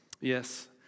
Yes